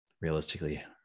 Realistically